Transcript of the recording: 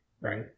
Right